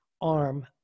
arm